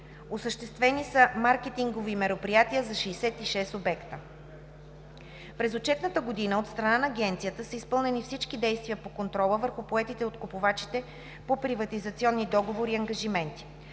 Осъществени са маркетингови мероприятия за 66 обекта. През отчетната година, от страна на агенцията, са изпълнени всички действия по контрола върху поети от купувачите по приватизационни договори ангажименти.